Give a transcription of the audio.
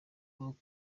avuga